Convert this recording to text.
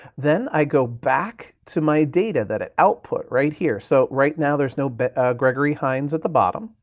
then i go back to my data that it output right here, so right now there's no but gregory hines at the bottom,